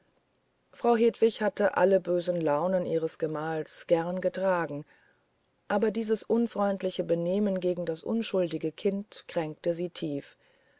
frau hedwig hatte alle böse launen ihres gemahls gerne getragen aber dieses unfreundliche benehmen gegen das unschuldige kind kränkte sie tief